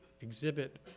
exhibit